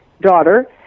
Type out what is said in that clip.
daughter